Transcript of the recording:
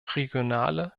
regionale